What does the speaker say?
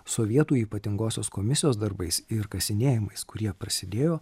sovietų ypatingosios komisijos darbais ir kasinėjimais kurie prasidėjo